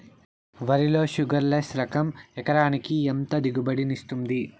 వరి లో sugarless less రకం ఎకరాకి ఎంత దిగుబడినిస్తుంది